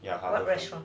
ya 好像 wait I show you